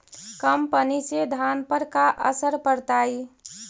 कम पनी से धान पर का असर पड़तायी?